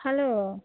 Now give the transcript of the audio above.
hello